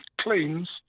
claims